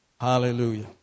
Hallelujah